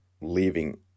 leaving